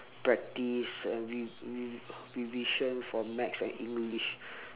practice and re~ re~ revision for maths and english